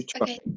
okay